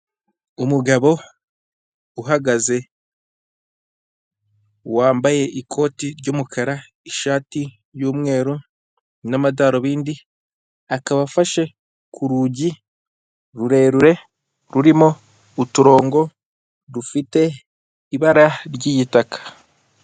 Umugabo uhagaze, wambaye ikoti ry'umukara, ishati y'umweru n'amadarubindi, akaba afashe ku rugi rurerure rurimo uturongo, rufite ibara ry'igitaka.